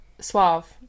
Suave